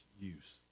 use